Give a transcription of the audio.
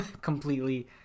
Completely